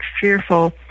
fearful